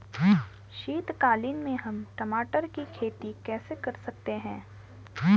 शीतकालीन में हम टमाटर की खेती कैसे कर सकते हैं?